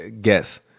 guess